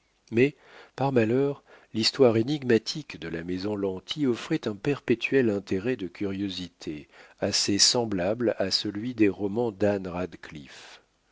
mais par malheur l'histoire énigmatique de la maison lanty offrait un perpétuel intérêt de curiosité assez semblable à celui des romans d'anne radcliffe